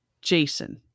Jason